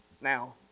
Now